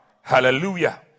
Hallelujah